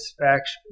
satisfaction